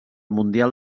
mundial